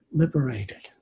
liberated